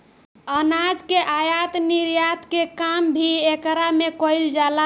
अनाज के आयत निर्यात के काम भी एकरा में कईल जाला